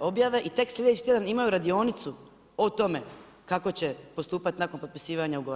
objave i tek sljedeći tjedan imaju radionicu o tome, kako će postupati nakon potpisivanja ugovora.